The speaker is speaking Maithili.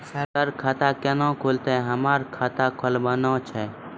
सर खाता केना खुलतै, हमरा खाता खोलवाना छै?